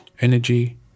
energy